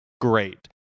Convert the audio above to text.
great